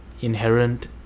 inherent